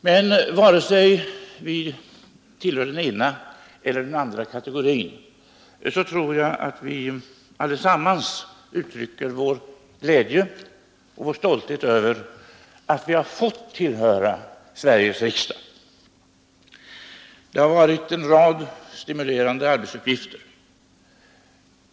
Men vare sig vi tillhör den ena eller den andra kategorin tror jag att vi allesammans uttrycker vår glädje och vår stolthet över att vi har fått tillhöra Sveriges riksdag. Det har varit en rad stimulerande arbetsuppgifter.